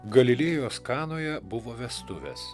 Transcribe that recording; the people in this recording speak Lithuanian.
galilėjos kanoje buvo vestuvės